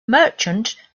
merchant